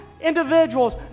individuals